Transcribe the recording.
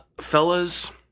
Fellas